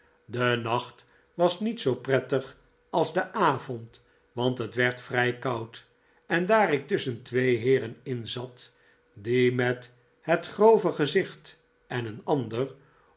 de nacht was niet zoo prettig als de avond want het werd vrij koudj en daar ik tusschen twee heeren in zat die met het grove gezicht en een ander